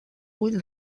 vuit